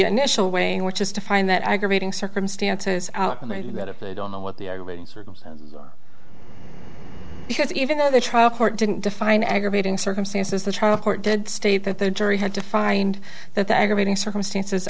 initial weighing which is to find that aggravating circumstances out and they do that if they don't know what the aggravating circumstance because even though the trial court didn't define aggravating circumstances the trial court did state that the jury had to find that the aggravating circumstances